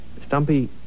Stumpy